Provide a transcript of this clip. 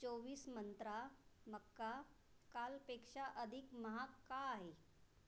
चोवीस मंत्रा मका कालपेक्षा अधिक महाग का आहे